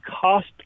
cost